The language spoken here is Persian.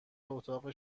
اتاق